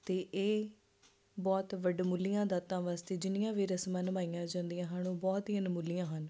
ਅਤੇ ਇਹ ਬਹੁਤ ਵਡਮੁੱਲੀਆਂ ਦਾਤਾਂ ਵਾਸਤੇ ਜਿੰਨੀਆਂ ਵੀ ਰਸਮਾਂ ਨਿਭਾਈਆਂ ਜਾਂਦੀਆਂ ਹਨ ਉਹ ਬਹੁਤ ਹੀ ਅਣਮੁੱਲੀਆਂ ਹਨ